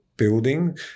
building